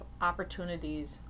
opportunities